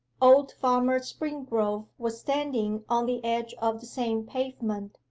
old farmer springrove was standing on the edge of the same pavement,